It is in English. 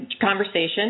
conversation